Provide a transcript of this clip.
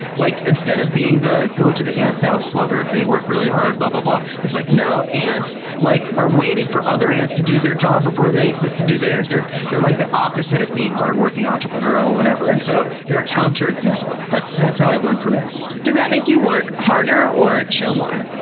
like instead of being, go to the ants thou sluggard, they work really hard, but blah blah blah. like no, ants like are waiting for other ants to do their job before they they can do theirs. they're they're like the opposite of being hardworking, entrepreneurial, whatever. and so they're a counterexample. that's that's how i learned from ants. does that make you work harder or chill more?